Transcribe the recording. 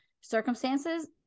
circumstances